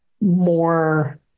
more